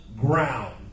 ground